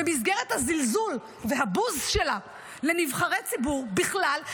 במסגרת הזלזול והבוז שלה לנבחרי ציבור בכלל,